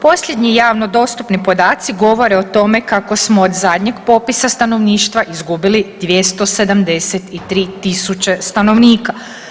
Posljednji javno dostupni podaci govore o tome kako smo od zadnjeg popisa stanovništva izgubili 273.000 stanovnika.